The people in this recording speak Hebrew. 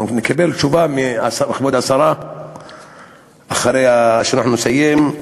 נקבל תשובה מכבוד השרה אחרי שאנחנו נסיים.